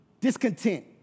Discontent